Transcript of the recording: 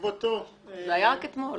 בעקבותיו --- זה היה רק אתמול,